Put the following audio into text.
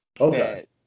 Okay